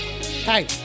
Hey